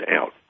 out